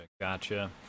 gotcha